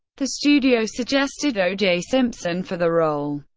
the studio suggested o. j. simpson for the role,